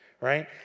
right